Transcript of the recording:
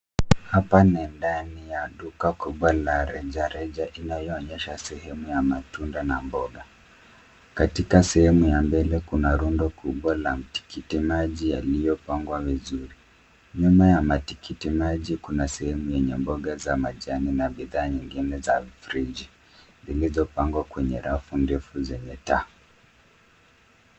Hapa ni ndani ya duka kubwa la reja reja inayoonyesha sehemu ya matunda na mboga. Katika sehemu ya mbele kuna rundo kubwa la mtikiti maji yaliyo pangwa vizuri. Nyuma ya matikiti maji kuna sehemu yenye mboga za majani na bidhaa zingine za friji zilizo pangwa kwenye rafu ndefu zenye taa.